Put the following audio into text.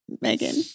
Megan